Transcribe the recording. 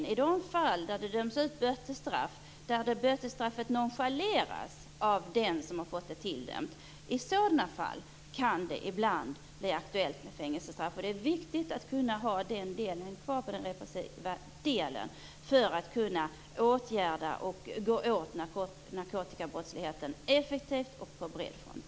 Men i de fall där någon dömts till bötesstraff och där bötesstraffet nonchaleras av den som har fått det tilldömt kan det ibland bli aktuellt med fängelsestraff. Det är viktigt att kunna ha detta kvar i den repressiva delen för att kunna åtgärda och gå åt narkotikabrottsligheten effektivt och på bred front.